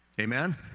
Amen